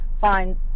find